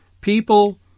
people